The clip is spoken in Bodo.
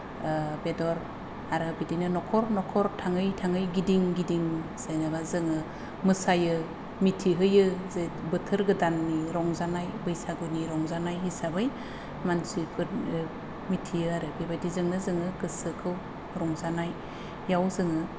बेदर आरो बिदिनो नखर नखर थाङै थाङै गिदिं गिदिं जेनेबा जोङो मोसायो मिथिहोयो जे बोथोर गोदाननि रंजानाय बैसागुनि रंजानाय हिसाबै मानसिफोरनो मिथियो आरो बेबायदिजोंनो जोङो गोसोखौ रंजानायाव जोङो